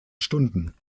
stunden